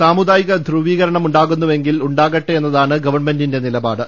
സാമുദായിക ധ്രുവീകരണം ഉണ്ടാകുന്നുവെങ്കിൽ ഉണ്ടാകട്ടെ എന്നതാണ് ഗവൺമെന്റിന്റെ നിലപാട്